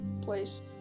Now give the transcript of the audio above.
place